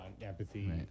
empathy